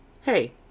Hey